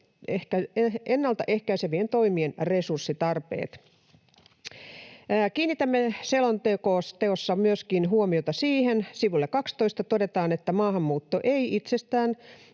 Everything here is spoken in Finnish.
ennaltaehkäisevien toimien resurssitarpeet. Kiinnitämme selonteossa myöskin huomiota siihen, että sivulla 12 todetaan, että maahanmuutto ei itsestään